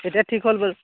এতিয়া ঠিক হ'ল